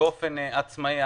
באופן עצמאי,